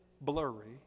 blurry